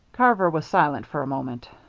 carver was silent for a moment.